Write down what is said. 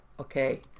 okay